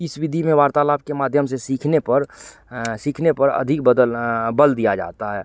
इस विधि में वार्तालाप के माध्यम से सीखने पर सीखने पर अधिक बदल बल दिया जाता है